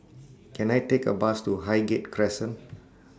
Can I Take A Bus to Highgate Crescent